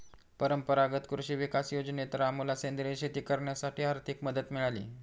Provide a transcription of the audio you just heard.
परंपरागत कृषी विकास योजनेत रामूला सेंद्रिय शेती करण्यासाठी आर्थिक मदत मिळाली